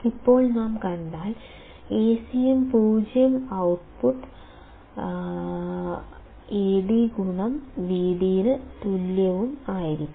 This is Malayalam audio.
ഇപ്പോൾ നാം കണ്ടാൽ Acm 0 ഉം ഔട്ട്പുട്ട് Ad Vd ന് തുല്യവും ആയിരിക്കണം